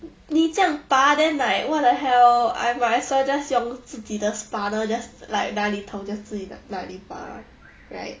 你这样拔 then like what the hell I might as well just 用自己的 spanner just like 哪里痛就自己 like 大力拔 right